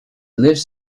lives